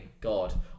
god